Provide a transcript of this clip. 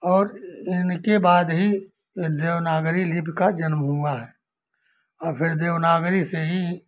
और इनके बाद ही एक देवनागरी लिपि का जन्म हुआ है अब देवनागरी से ही